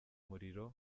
muriro